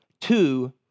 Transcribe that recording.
two